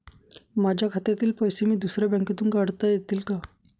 माझ्या खात्यातील पैसे मी दुसऱ्या बँकेतून काढता येतील का?